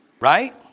Right